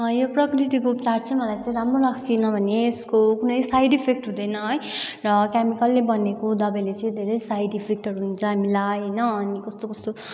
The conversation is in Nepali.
यो प्रकृतिको उपचार चाहिँ मलाई चाहिँ राम्रो लाग्छ किनभने यसको कुनै साइड इफेक्ट हुँदैन है र क्यामिकलले बनेको दबाईले चाहिँ धेरै साइड इफेक्टहरू हुन्छ हामीलाई होइन अनि कस्तो कस्तो